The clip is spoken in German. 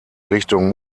richtung